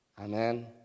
Amen